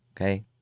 Okay